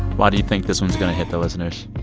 why do you think this one's going to hit the listeners?